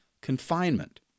confinement